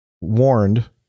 warned